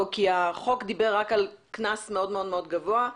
כי החוק דיבר רק על קנס גבוה מאוד,